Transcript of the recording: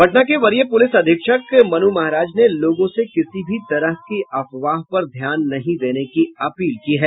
पटना के वरीय पुलिस अधीक्षक मनु महाराज ने लोगों से किसी भी तरह के अफवाह पर ध्यान नहीं देने की अपील की है